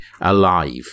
alive